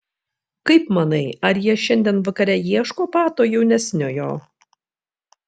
kaip manai ar jie šiandien vakare ieško pato jaunesniojo